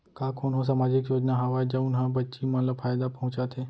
का कोनहो सामाजिक योजना हावय जऊन हा बच्ची मन ला फायेदा पहुचाथे?